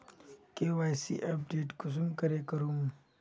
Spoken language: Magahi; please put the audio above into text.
के.वाई.सी अपडेट कुंसम करे करूम?